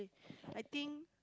I think